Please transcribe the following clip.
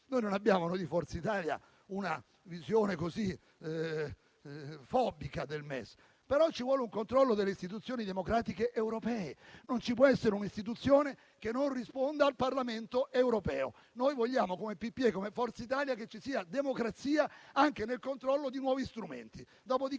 non abbiamo una visione fobica del MES, ma ci vuole un controllo delle istituzioni democratiche europee. Non ci può essere un'istituzione che non risponda al Parlamento europeo. Noi vogliamo, come PPE e come Forza Italia, che ci sia democrazia anche nel controllo di nuovi strumenti.